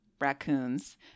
raccoons